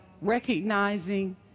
recognizing